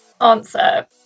answer